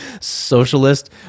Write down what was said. socialist